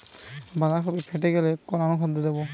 বাঁধাকপি ফেটে গেলে কোন অনুখাদ্য দেবো?